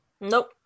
Nope